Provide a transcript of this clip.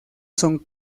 son